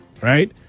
right